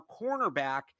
cornerback